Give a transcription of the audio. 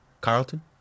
Carlton